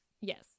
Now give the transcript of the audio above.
Yes